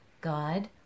God